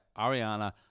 Ariana